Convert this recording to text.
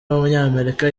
w’umunyamerika